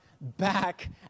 back